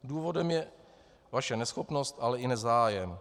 Důvodem je vaše neschopnost, ale i nezájem.